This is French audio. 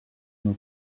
une